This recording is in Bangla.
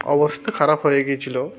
অবস্থা খারাপ হয়ে গিয়েছিল